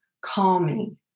calming